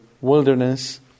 wilderness